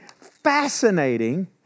fascinating